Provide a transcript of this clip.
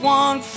one